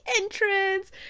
entrance